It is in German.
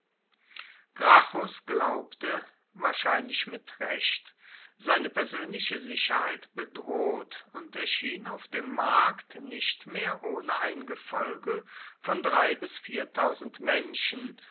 gracchus glaubte wahrscheinlich mit recht seine persönliche sicherheit bedroht und erschien auf dem markt nicht mehr ohne eine gefolge von drei bis viertausend menschen